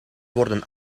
worden